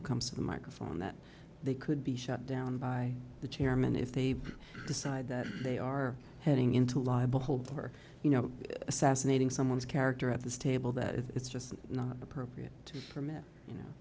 who comes to the microphone that they could be shut down by the chairman if they decide that they are heading into libel hold or you know assassinating someone's character at this table that it's just not appropriate to permit you know